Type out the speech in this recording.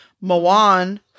Moan